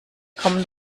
common